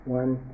one